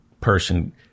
person